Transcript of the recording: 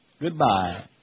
goodbye